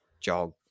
jog